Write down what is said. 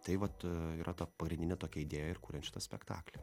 tai vat yra ta pagrindinė tokia idėja ir kuriant šitą spektaklį